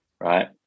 right